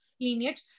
lineage